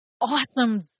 awesome